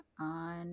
on